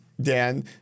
Dan